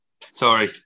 Sorry